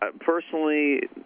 Personally